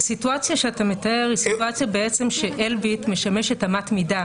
הסיטואציה שאתה מתאר היא סיטואציה שאלביט משמשת אמת מידה